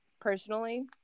personally